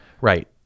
Right